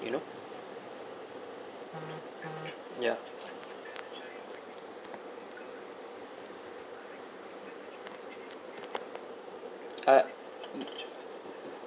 you know ya uh mm